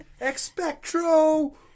Expectro